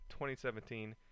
2017